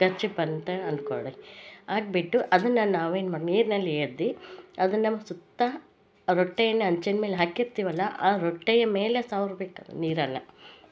kerchief ಅಂತ ಅನ್ಕೊಳ್ಳಿ ಅದ್ಬಿಟ್ಟು ಅದ್ನ ನಾವೇನು ಮಾಡಿ ನೀರಿನಲ್ಲಿ ಅದ್ದಿ ಅದನ್ನ ಸುತ್ತ ರೊಟ್ಟೀನ ಹಂಚಿನ ಮೇಲೆ ಹಾಕಿರ್ತೀವಲ್ಲ ಆ ರೊಟ್ಟಿಯ ಮೇಲೆ ಸವ್ರ ಬೇಕು ನೀರೆಲ್ಲ